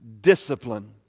discipline